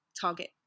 target